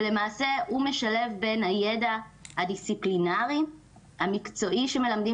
ולמעשה הוא משלב בין הידע הדיסציפלינרי המקצועי שמלמדים